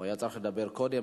הוא היה צריך לדבר קודם,